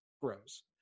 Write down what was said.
grows